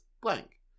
blank